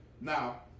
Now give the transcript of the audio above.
Now